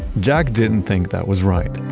jack didn't think that was right.